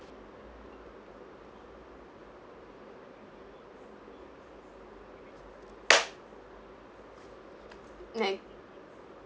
nay